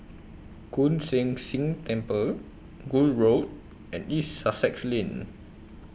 Koon Seng Ting Temple Gul Road and East Sussex Lane